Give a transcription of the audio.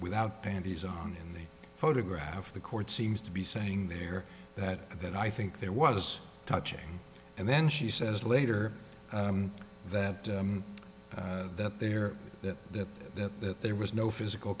without panties on in the photograph the court seems to be saying there that that i think there was touching and then she says later that that there that that that there was no physical